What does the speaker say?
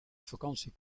vakantie